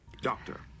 Doctor